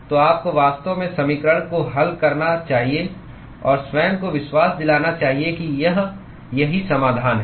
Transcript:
तो आपको वास्तव में समीकरण को हल करना चाहिए और स्वयं को विश्वास दिलाना चाहिए कि यह सही समाधान है